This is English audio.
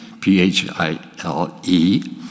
P-H-I-L-E